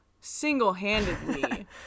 single-handedly